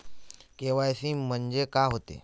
KYC म्हंनजे का होते?